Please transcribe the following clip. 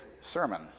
sermon